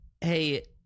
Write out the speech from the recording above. hey